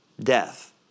death